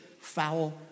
foul